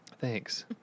Thanks